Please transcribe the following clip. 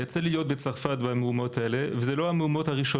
יצא לי להיות בצרפת במהומות האלה, ואגב,